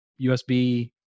USB